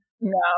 No